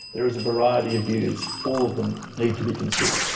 there is a variety of views, all of them need to be considered.